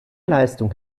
leistung